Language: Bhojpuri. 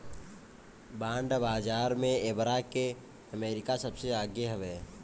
बांड बाजार में एबेरा अमेरिका सबसे आगे हवे